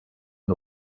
den